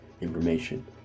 information